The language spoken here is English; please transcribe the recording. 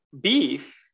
Beef